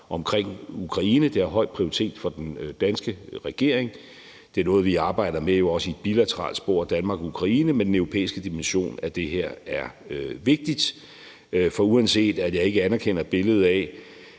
om Ukraine. Det har høj prioritet for den danske regering, og det er også noget, Danmark og Ukraine arbejder med i et bilateralt spor. Men den europæiske dimension af det her er vigtig, for uanset at jeg ikke anerkender billedet af,